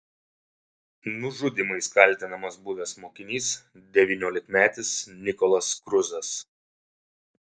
nužudymais kaltinamas buvęs mokinys devyniolikmetis nikolas kruzas